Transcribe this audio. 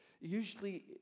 Usually